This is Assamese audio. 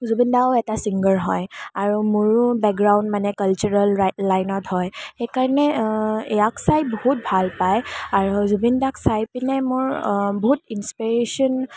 জুবিন দাও এটা চিংগাৰ হয় আৰু মোৰো বেকগ্ৰাউণ্ড মানে কালচাৰেল লা লাইনত হয় সেইকাৰণে ইয়াক চাই বহুত ভাল পায় আৰু জুবিন দাক চাই পিনে মোৰ বহুত ইন্সপিৰেশ্যন